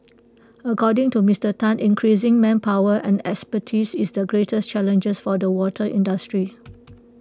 according to Mister Tan increasing manpower and expertise is the greatest challenge for the water industry